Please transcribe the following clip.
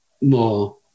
more